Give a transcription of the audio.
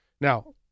Now